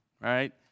right